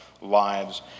lives